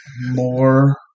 more